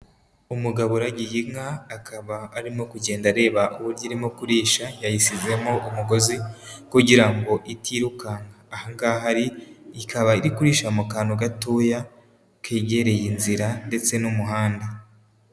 Umugabo uragiye inka akaba arimo kugenda areba uburyo irimo kurisha, yayisizemo umugozi kugira ngo itirukanka. Aha ngaha ari ikaba iri kurisha mu kantu gatoya kegereye inzira ndetse n'umuhanda.